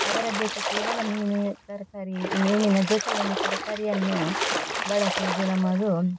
ಅದರ ಜೊತೆ ಕೇವಲ ಮೀನು ತರಕಾರಿ ಈ ಮೀನಿನ ಜೊತೆ ಒಂದು ತರಕಾರಿಯನ್ನು ಬಳಸುವುದು ನಮ್ಮದು